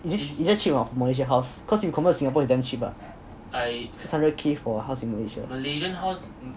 this is it's damn cheap hor malaysia house cause if you convert to singapore then it's damn cheap ah six hundred K for a house in malaysia